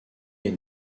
est